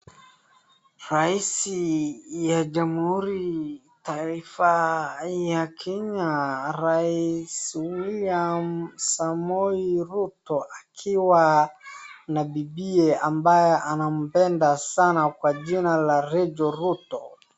Raisi wa Jamhuri ya Taifa ya Kenya Raisi William Samoei Ruto akiwa na bibiye ambaye anampenda sana kwa jina Racheal Ruto.